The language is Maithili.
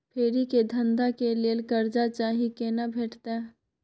फेरी के धंधा के लेल कर्जा चाही केना भेटतै?